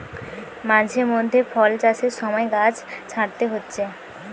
মাঝে মধ্যে ফল চাষের সময় গাছ ছাঁটতে হচ্ছে